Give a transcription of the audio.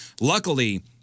Luckily